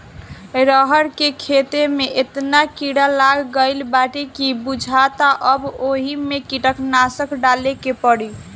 रहर के खेते में एतना कीड़ा लाग गईल बाडे की बुझाता अब ओइमे कीटनाशक डाले के पड़ी